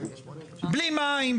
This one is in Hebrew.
בלי מים,